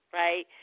right